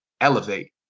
Elevate